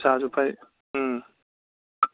ꯏꯁꯥꯁꯨ ꯐꯩ ꯎꯝ